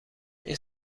این